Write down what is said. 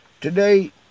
Today